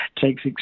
takes